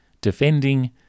defending